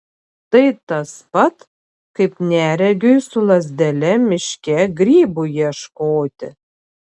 tai tas pat kaip neregiui su lazdele miške grybų ieškoti